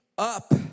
up